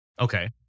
Okay